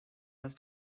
was